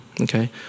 Okay